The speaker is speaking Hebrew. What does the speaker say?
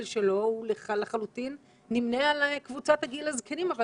שלו הוא לחלוטין נמנה על קבוצת גיל הזקנים,